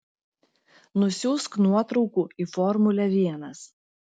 nusiųsk nuotraukų į formulę vienas